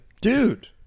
Dude